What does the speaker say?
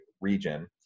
region